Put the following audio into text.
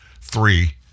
three